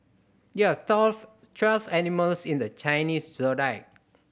there are twelve animals in the Chinese Zodiac